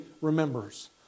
remembers